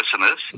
listeners